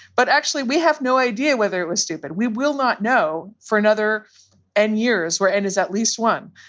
but actually, we have no idea whether it was stupid. we will not know for another and years where it and is at least one.